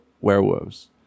werewolves